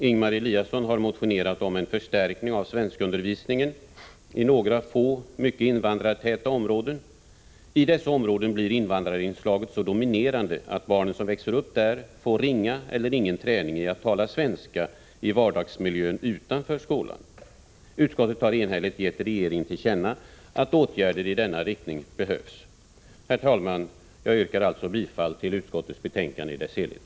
Ingemar Eliasson har motionerat om en förstärkning av svenskundervisningen i några få mycket invandrartäta områden. I dessa områden blir invandrarinslaget så dominerande att de barn som växer upp där får ringa eller ingen träning att tala svenska i vardagsmiljön utanför skolan. Utskottet har enhälligt givit regeringen till känna att åtgärder i denna riktning behövs. Herr talman! Jag yrkar bifall till utskottets hemställan i dess helhet.